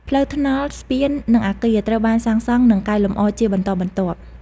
ផ្លូវថ្នល់ ស្ពាន និងអគារត្រូវបានសាងសង់និងកែលម្អជាបន្តបន្ទាប់។